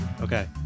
Okay